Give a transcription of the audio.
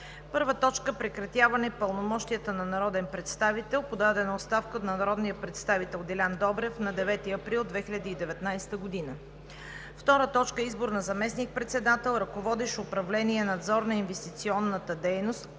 2019 г.: „1. Прекратяване пълномощията на народен представител – подадена оставка от народния представител Делян Добрев на 9 април 2019 г. 2. Избор на заместник-председател, ръководещ управление „Надзор на инвестиционната дейност“